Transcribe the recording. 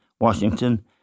Washington